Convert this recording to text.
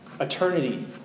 Eternity